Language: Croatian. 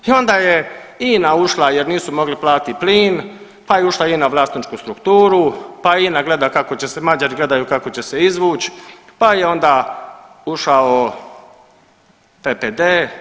I onda je INA ušla jer nisu mogli platit plin, pa je ušla INA u vlasničku strukturu, pa INA gleda kako će se Mađari gledaju kako će se izvuć, pa je onda ušao PPD.